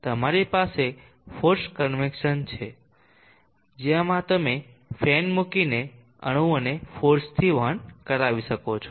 તમારી પાસે forced convection પણ છે જેમાં તમે ફેન મુકીને અણુઓને ફોર્સ થી વહન કરાવી કરી શકો છો